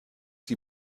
die